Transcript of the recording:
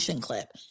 clip